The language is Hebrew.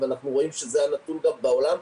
ואנחנו רואים שזה הנתון בעולם,